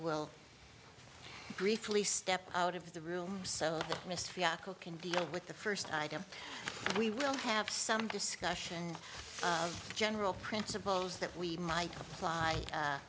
will briefly step out of the room so that mr yako can deal with the first item we will have some discussion of general principles that we might apply